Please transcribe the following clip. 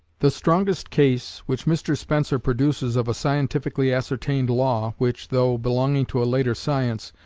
the strongest case which mr spencer produces of a scientifically ascertained law, which, though belonging to a later science,